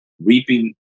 reaping